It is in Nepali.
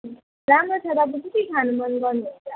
राम्रो छ तपाईँ चाहिँ के खानु मन गर्नुहुन्छ